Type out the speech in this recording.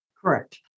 Correct